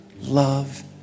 love